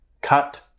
cut